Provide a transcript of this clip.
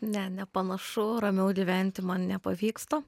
ne nepanašu ramiau gyventi man nepavyksta